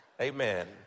Amen